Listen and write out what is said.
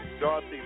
Dorothy